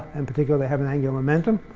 in particular they have an angular momentum.